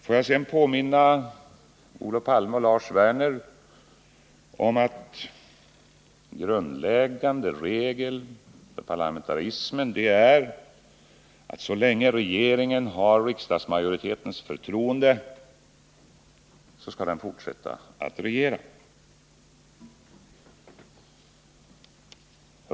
Får jag sedan påminna Olof Palme och Lars Werner om att en grundläggande regel för parlamentarismen är att regeringen skall fortsätta att regera så länge som den har riksdagsmajoritetens förtroende.